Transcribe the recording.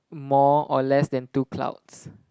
more or less than two clouds